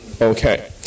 Okay